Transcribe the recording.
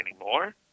anymore